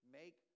make